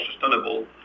sustainable